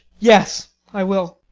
yes, i will.